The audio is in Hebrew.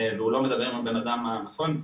והוא לא מדבר עם הבנאדם הנכון,